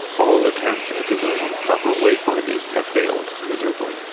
all attempts at designing proper wayfinding have failed miserably.